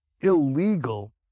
illegal